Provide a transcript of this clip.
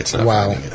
Wow